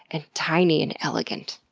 and tiny, and elegant.